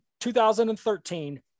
2013